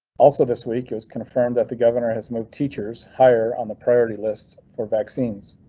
also this week it was confirmed that the governor has moved teachers higher on the priority list for vaccines.